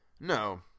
No